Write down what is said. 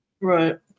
right